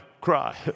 cry